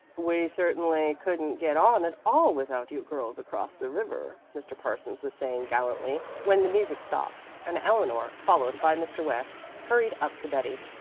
we certainly couldn't get on at all without you girls across the river, mr. parsons was saying gallantly, when the music stopped and eleanor, followed by mr. west, hurried up to betty.